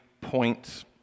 points